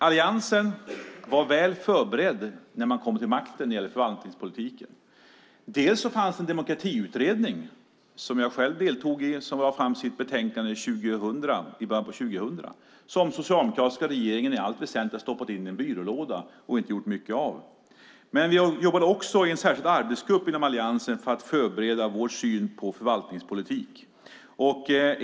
Alliansen var väl förberedd när man kom till makten när det gäller förvaltningspolitiken. Bland annat fanns det en demokratiutredning som jag själv deltog i och som lade fram sitt betänkande i början av 2000. Den hade den socialdemokratiska regeringen i allt väsentligt stoppat in i en byrålåda och inte gjort mycket av. Men vi jobbade också i en särskild arbetsgrupp inom alliansen för att förbereda vår syn på förvaltningspolitiken.